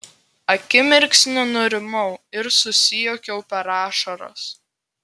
akimirksniu nurimau ir susijuokiau per ašaras